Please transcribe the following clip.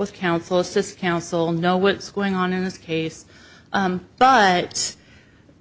with counsel assist counsel know what's going on in this case but